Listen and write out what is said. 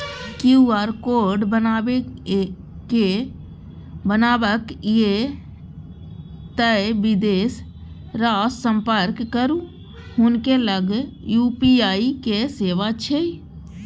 QR code बनेबाक यै तए बिदेसरासँ संपर्क करू हुनके लग यू.पी.आई के सेवा छै